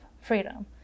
freedom